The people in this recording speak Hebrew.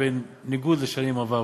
בניגוד לשנים עברו,